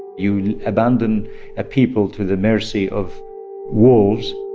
you abandon a people to the mercy of wolves,